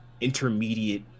intermediate